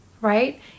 right